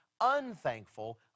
unthankful